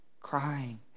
crying